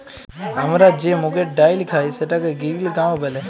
আমরা যে মুগের ডাইল খাই সেটাকে গিরিল গাঁও ব্যলে